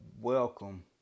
Welcome